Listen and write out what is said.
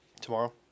Tomorrow